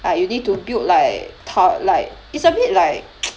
like you need to build like tow~ like it's a bit like